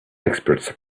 experts